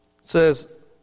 says